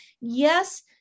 yes